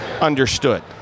understood